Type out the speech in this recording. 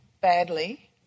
badly